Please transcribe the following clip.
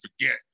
forget